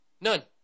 none